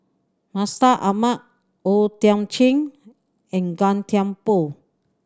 Mustaq Ahmad O Thiam Chin and Gan Thiam Poh